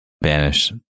banish